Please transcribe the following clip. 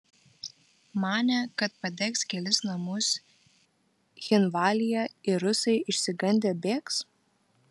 manė kad padegs kelis namus cchinvalyje ir rusai išsigandę bėgs